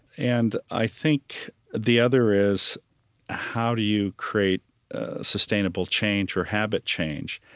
and i think the other is how do you create sustainable change or habit change?